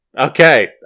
Okay